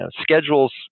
Schedules